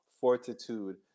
fortitude